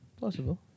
Possible